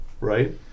Right